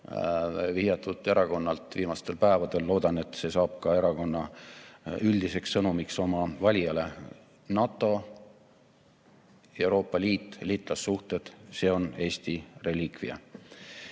viidatud erakonnalt viimastel päevadel. Loodan, et see saab erakonna üldiseks sõnumiks oma valijale: NATO, Euroopa Liit, liitlassuhted – need on Eesti reliikviad